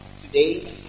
today